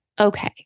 Okay